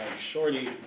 Shorty